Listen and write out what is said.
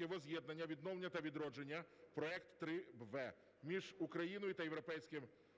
Возз'єднання, Відновлення та Відродження (Проект 3В)" між Україною та Європейським